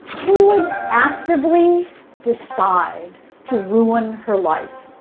who would actively decide to ruin her life?